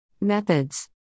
Methods